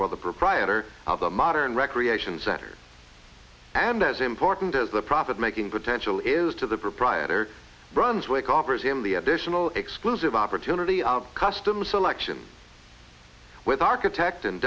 for the proprietor of the modern recreation center and as important as the profit making potential is to the proprietor brunswick offers him the additional exclusive opportunity of custom selection with architect and